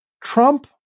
Trump